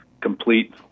complete